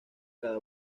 cada